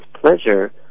pleasure